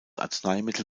arzneimittel